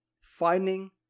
finding